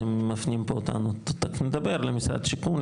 אתם מפנים אותנו למשרד השיכון,